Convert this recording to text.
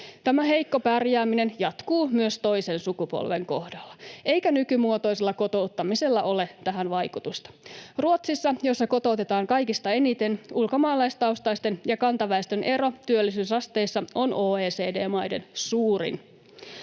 Tämä heikko pärjääminen jatkuu myös toisen sukupolven kohdalla, eikä nykymuotoisella kotouttamisella ole tähän vaikutusta. Ruotsissa, jossa kotoutetaan kaikista eniten, ulkomaalaistaustaisten ja kantaväestön ero työllisyysasteessa on OECD-maiden suurin.